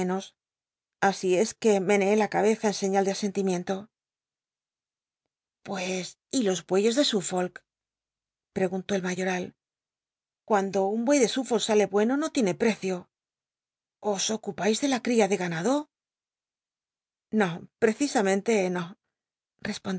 así es que meneé la cabeza en señal de asentimiento pues y los bueyes de sulfolk preguntó el mayoral cuando un buey de suffolk sale bueno no tiene precio os ocupais tle la cl'ia de ganad o no precisamente no